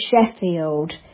Sheffield